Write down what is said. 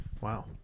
Wow